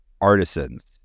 artisans